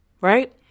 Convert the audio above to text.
Right